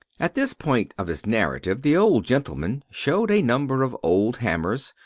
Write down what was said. at this point of his narrative the old gentleman showed a number of old hammers,